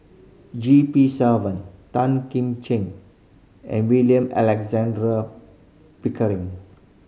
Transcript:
G P Selvam Tan Kim Ching and William Alexander Pickering